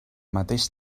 mateix